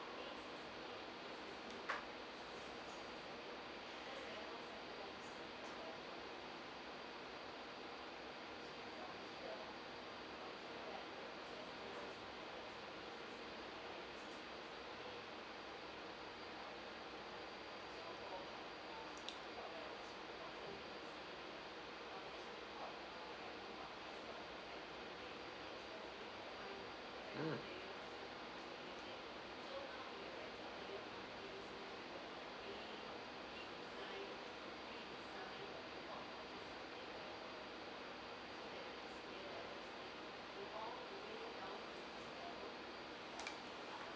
mm